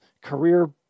career